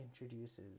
introduces